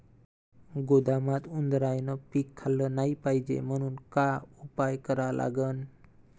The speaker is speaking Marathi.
गोदामात उंदरायनं पीक खाल्लं नाही पायजे म्हनून का उपाय करा लागन?